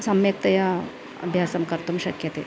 सम्यक्तया अभ्यासं कर्तुं शक्यते